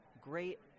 great